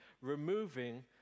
removing